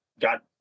got